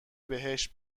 بهشت